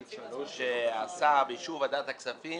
שהשר באישור ועדת הכספים